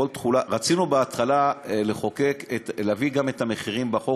רצינו בהתחלה להביא גם את המחירים בחוק,